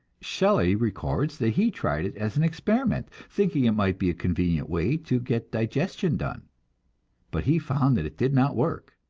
shelley records that he tried it as an experiment, thinking it might be a convenient way to get digestion done but he found that it did not work.